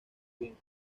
bien